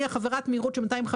לא.